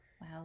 Wow